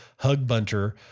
Hugbunter